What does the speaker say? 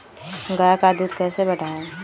गाय का दूध कैसे बढ़ाये?